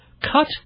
Cut